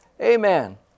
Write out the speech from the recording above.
Amen